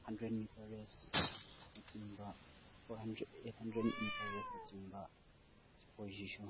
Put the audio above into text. hundred meter ꯔꯦꯁꯅꯆꯤꯡꯕ four hundred eight hundred meter ꯔꯦꯁꯅꯆꯤꯡꯕ ꯁꯤꯈꯣꯏꯁꯤꯁꯨ